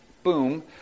Boom